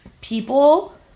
people